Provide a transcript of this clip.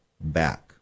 back